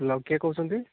hello କିଏ କହୁଛନ୍ତି